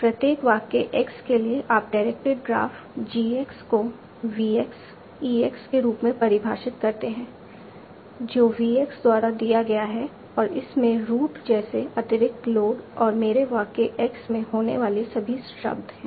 प्रत्येक वाक्य x के लिए आप डायरेक्टेड ग्राफ Gx को Vx Ex के रूप में परिभाषित करते हैं जो Vx द्वारा दिया गया है और इसमें रूट जैसे अतिरिक्त लोड और मेरे वाक्य x में होने वाले सभी शब्द हैं